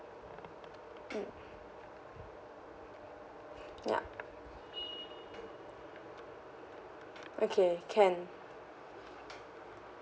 okay can